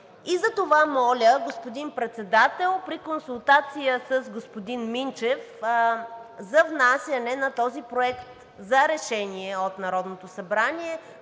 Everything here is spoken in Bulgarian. и затова моля, господин Председател, при консултация с господин Минчев за внасяне на този проект за решение от Народното събрание,